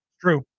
True